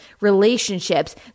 relationships